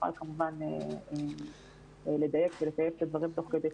ונוכל כמובן לדייק את הדברים תוך כדי תנועה.